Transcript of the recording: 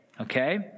okay